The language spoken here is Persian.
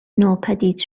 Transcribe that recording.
ناپدید